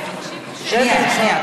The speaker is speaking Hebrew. שנייה.